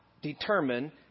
Determine